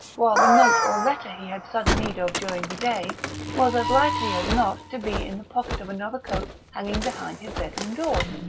while the note or letter he had sudden need of during the day was as likely as not to be in the pocket of another coat hanging behind his bedroom door.